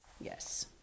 Yes